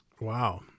Wow